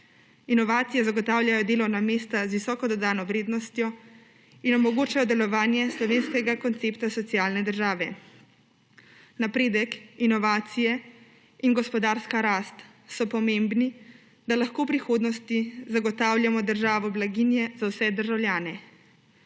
Inovacije zagotavljajo delovna mesta z visoko dodano vrednostjo in omogočajo delovanje slovenskega koncepta socialne države. Napredek, inovacije in gospodarska rast so pomembni, da lahko v prihodnosti zagotavljamo državo blaginje za vse državljane.